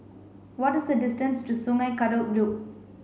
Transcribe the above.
what is the distance to Sungei Kadut Loop